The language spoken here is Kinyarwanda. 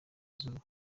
izuba